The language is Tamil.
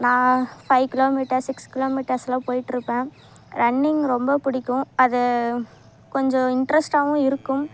நான் five kilometers six kilo மீட்டர்ஸெலாம் போயிட்டுருப்பேன் ரன்னிங் ரொம்ப பிடிக்கும் அது கொஞ்சம் இன்ட்ரெஸ்ட்டாகவும் இருக்கும்